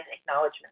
acknowledgement